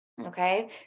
okay